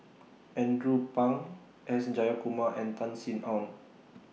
Andrew Phang S Jayakumar and Tan Sin Aun